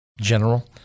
General